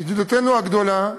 ידידתנו הגדולה,